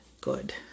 good